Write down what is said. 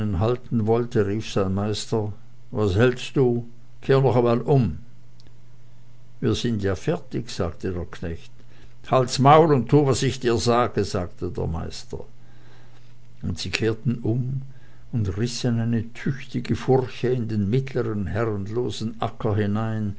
halten wollte rief sein meister was hältst du kehr noch einmal um wir sind ja fertig sagte der knecht halt's maul und tu wie ich dir sage der meister und sie kehrten um und rissen eine tüchtige furche in den mittlern herrenlosen acker hinein